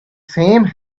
same